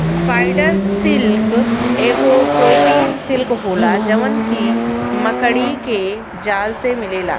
spider silk एगो protein silk होला जवन की मकड़ी के जाल से मिलेला